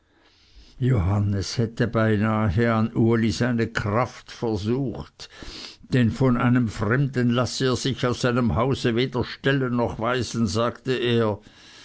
johannes hätte beinahe an uli seine kraft versucht denn von einem fremden lasse er sich aus seinem hause weder stellen noch weisen sagte er